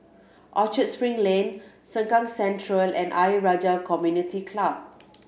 Orchard Spring Lane Sengkang Central and Ayer Rajah Community Club